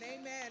Amen